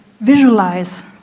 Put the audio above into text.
visualize